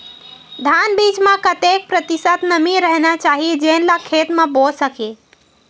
धान बीज म कतेक प्रतिशत नमी रहना चाही जेन ला खेत म बो सके?